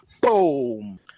boom